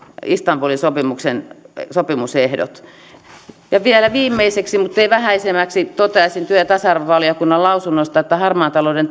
istanbulin sopimuksen sopimusehdot vielä viimeiseksi mutta ei vähäisimmäksi toteaisin työ ja tasa arvovaliokunnan lausunnosta että harmaan talouden